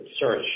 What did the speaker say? search